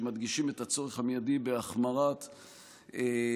שמדגישים את הצורך המיידי בהחמרת הענישה,